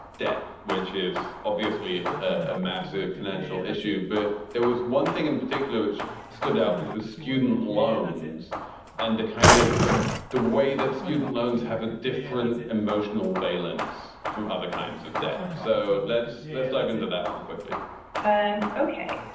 debt, which is obviously a massive financial issue, but there was one thing in particular which stood out, which was student loans and the kind of the way that student loans have a different emotional valence from other kinds of debt. so let's let's dive into that one quickly and ok.